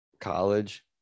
College